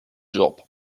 job